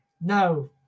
No